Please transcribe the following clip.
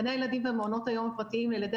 גני הילדים ומעונות היום הפרטיים לילדי